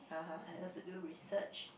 I love to do research